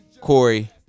Corey